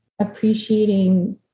appreciating